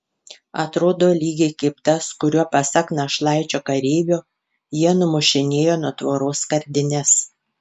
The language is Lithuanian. atrodo lygiai kaip tas kuriuo pasak našlaičio kareivio jie numušinėjo nuo tvoros skardines